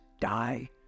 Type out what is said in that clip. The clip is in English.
die